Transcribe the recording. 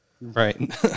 Right